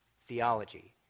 theology